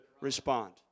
respond